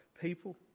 people